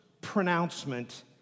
pronouncement